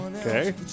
Okay